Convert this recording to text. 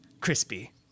crispy